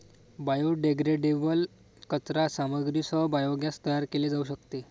biodegradable कचरा सामग्रीसह biogas तयार केले जाऊ शकते